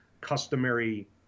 customary